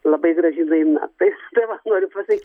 labai graži daina tai tai vat noriu pasakyt